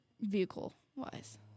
vehicle-wise